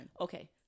Okay